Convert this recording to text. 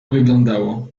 wyglądało